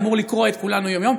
אמורה לקרוע את כולנו יום-יום.